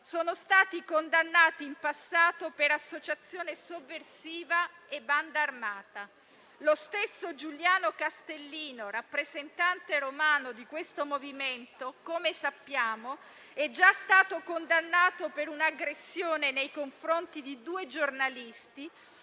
sono stati condannati in passato per associazione sovversiva e banda armata; lo stesso Giuliano Castellino, rappresentante romano di questo movimento, come sappiamo, è già stato condannato per un'aggressione nei confronti di due giornalisti